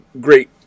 great